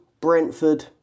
Brentford